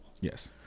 Yes